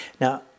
Now